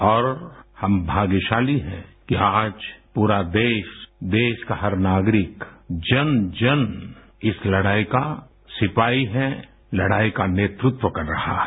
और हम भाग्यशाली हैं कि आज पूरा देश देश का हर नागरिक जन जन इस लड़ाई का सिपाही है तड़ाई का नेतृत्व कर रहा है